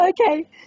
Okay